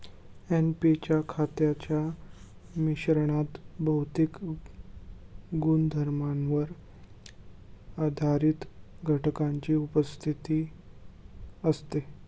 NP च्या खतांच्या मिश्रणात भौतिक गुणधर्मांवर आधारित घटकांची उपस्थिती असते